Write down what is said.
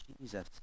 Jesus